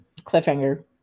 cliffhanger